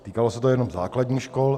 Týkalo se to jenom základních škol.